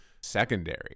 secondary